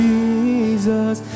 Jesus